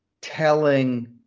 telling